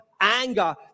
Anger